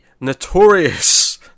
notorious